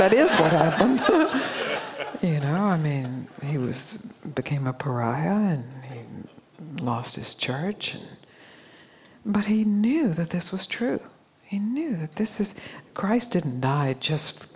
that is you know i mean he was became a pariah and lost his church but he knew that this was true and knew that this is christ didn't die just